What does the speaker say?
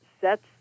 sets